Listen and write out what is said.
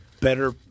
better